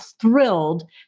thrilled